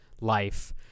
life